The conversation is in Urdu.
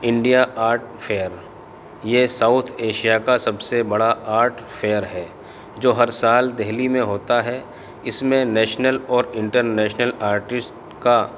انڈیا آرٹ فیئر یہ ساؤتھ ایشیا کا سب سے بڑا آرٹ فیئر ہے جو ہر سال دہلی میں ہوتا ہے اس میں نیشنل اور انٹرنیشنل آرٹسٹ کا